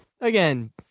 Again